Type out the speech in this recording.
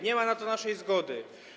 Nie ma na to naszej zgody.